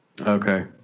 Okay